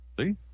See